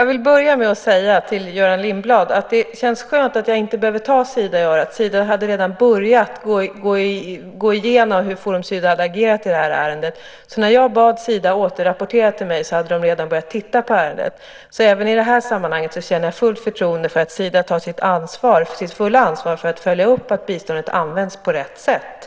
Herr talman! Det känns skönt, Göran Lindblad, att jag inte behöver ta Sida i örat. Sida hade redan börjat gå igenom hur Forum Syd agerat i det här ärendet. När jag bad Sida att återrapportera till mig hade de nämligen redan börjat titta på ärendet. Även i det sammanhanget känner jag alltså fullt förtroende för att Sida tar sitt fulla ansvar för att följa upp att biståndet används på rätt sätt.